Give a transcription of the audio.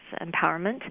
empowerment